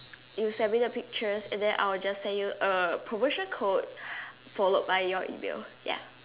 you send me the pictures and then I will just send you a promotion code followed by your email ya